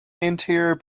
anterior